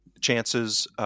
chances